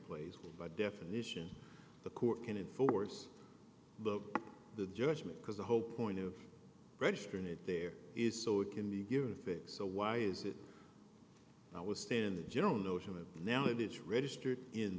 place by definition the court can enforce the judgment because the whole point of registering it there is so it can be given a fix so why is it i was standing general notion that now it is registered in